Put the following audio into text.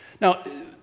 Now